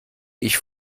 ich